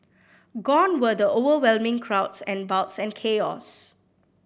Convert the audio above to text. gone were the overwhelming crowds and bouts and chaos